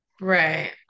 Right